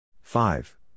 Five